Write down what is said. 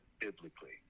biblically